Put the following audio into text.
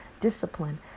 discipline